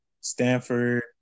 Stanford